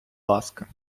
ласка